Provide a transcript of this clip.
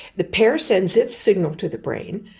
the pear sends its signal to the brain,